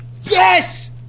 Yes